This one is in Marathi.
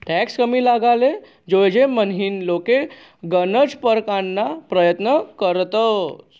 टॅक्स कमी लागाले जोयजे म्हनीन लोके गनज परकारना परयत्न करतंस